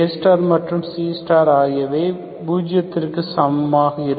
A மற்றும் C ஆகியவை பூஜியதிர்க்கு சமமாக இருக்கும்